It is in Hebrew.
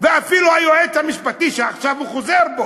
ואפילו היועץ המשפטי, שעכשיו הוא חוזר בו.